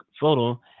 photo